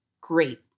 great